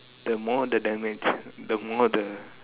the more the damage the more the